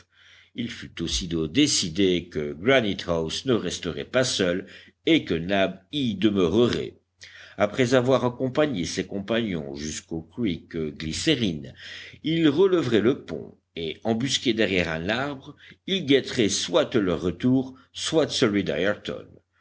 il fut aussitôt décidé que granite house ne resterait pas seul et que nab y demeurerait après avoir accompagné ses compagnons jusqu'au creek glycérine il relèverait le pont et embusqué derrière un arbre il guetterait soit leur retour soit celui